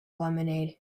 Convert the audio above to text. lemonade